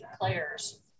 players